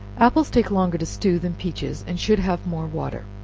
apples take longer to stew than peaches, and should have more water.